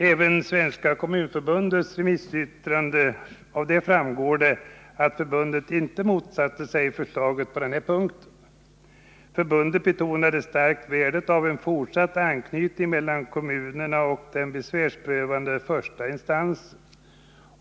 Av Svenska kommunförbundets remissyttrande framgår att förbundet inte motsatte sig förslaget på denna punkt. Förbundet betonade starkt värdet av en fortsatt anknytning mellan kommunerna och den besvärsprövande första instansen.